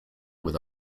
with